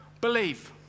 Believe